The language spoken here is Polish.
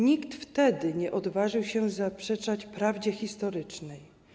Nikt wtedy nie odważył się zaprzeczać prawdzie historycznej.